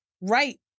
Right